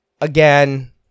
again